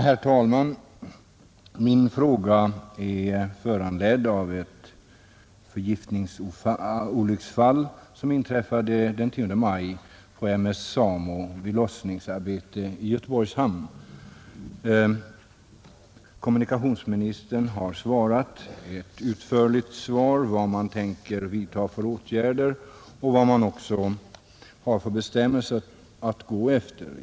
Herr talman! Min fråga är föranledd av ett förgiftningsolycksfall som inträffade den 10 maj på M/S Samo vid lossningsarbete i Göteborgs Nr 89 hamn. Kommunikationsministern har lämnat ett utförligt besked om vad Tisdagen den man tänker vidta för åtgärder och vad man har för bestämmelser att gå 18 maj 1971 efter.